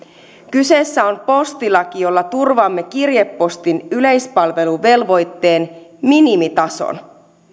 kyseessä on postilaki jolla turvaamme kirjepostin yleispalveluvelvoitteen minimitason